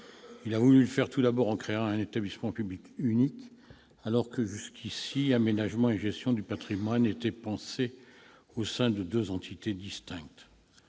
Il a voulu le faire tout d'abord en créant un établissement public unique, alors que jusqu'à présent aménagement et gestion du patrimoine étaient pensés au sein de deux entités distinctes.